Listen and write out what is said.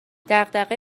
دغدغه